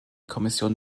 kommission